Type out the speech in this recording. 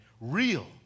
real